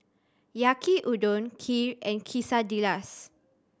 Yaki Udon Kheer and Quesadillas